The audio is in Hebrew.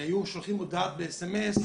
כשהיו שולחים הודעה בסמס,